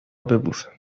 ببوسم